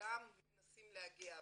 גם מנסים להגיע הביתה.